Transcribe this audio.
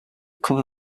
cover